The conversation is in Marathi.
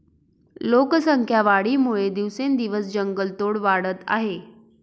लोकसंख्या वाढीमुळे दिवसेंदिवस जंगलतोड वाढत आहे